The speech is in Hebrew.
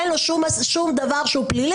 אין לו שום דבר פלילי,